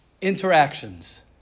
interactions